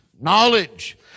knowledge